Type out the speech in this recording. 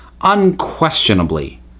unquestionably